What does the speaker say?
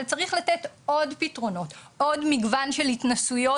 אבל צריך לתת עוד פתרונות, עוד מגוון של התנסויות.